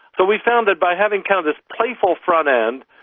so we found that by having kind of this playful front end,